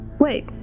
Wait